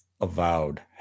Avowed